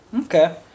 Okay